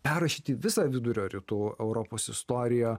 perrašyti visą vidurio rytų europos istoriją